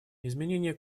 изменение